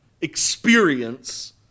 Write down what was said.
experience